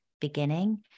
beginning